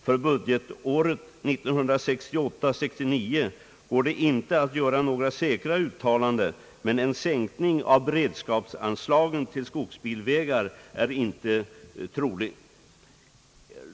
För budgetåret 1968/69 går det inte att göra några säkra uttalanden, men en sänkning av beredskapsanslagen till skogsbilvägar är inte trolig.